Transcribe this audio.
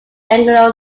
anglo